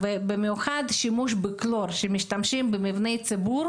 ובמיוחד בשימוש בכלור במבני ציבור